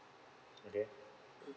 okay